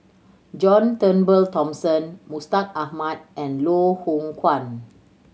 John Turnbull Thomson Mustaq Ahmad and Loh Hoong Kwan